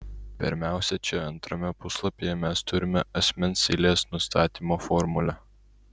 pirmiausia čia antrame puslapyje mes turime asmens eilės nustatymo formulę